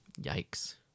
Yikes